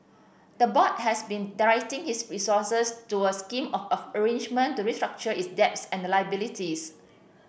the board has been directing its resources to a scheme of arrangement to restructure its debts and liabilities